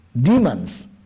demons